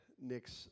Nick's